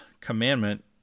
commandment